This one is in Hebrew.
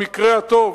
במקרה הטוב,